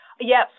Yes